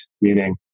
meaning